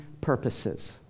purposes